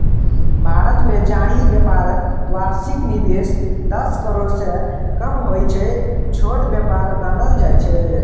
भारतमे जाहि बेपारक बार्षिक निबेश दस करोड़सँ कम होइ छै छोट बेपार गानल जाइ छै